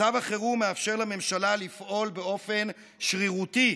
מצב החירום מאפשר לממשלה לפעול באופן שרירותי,